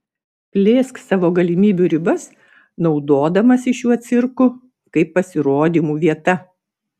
plėsk savo galimybių ribas naudodamasi šiuo cirku kaip pasirodymų vieta